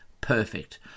perfect